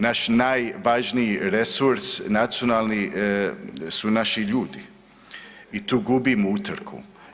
Naš najvažniji resurs nacionalni su naši ljudi i tu gubimo utrku.